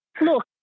Look